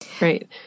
Right